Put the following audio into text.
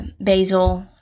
Basil